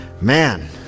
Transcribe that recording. man